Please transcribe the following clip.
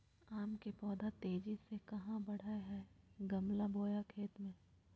आम के पौधा तेजी से कहा बढ़य हैय गमला बोया खेत मे?